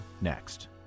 next